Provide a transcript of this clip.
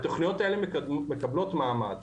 התוכניות האלה מקבלות מעמד.